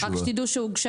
רק שתדעו שהוגש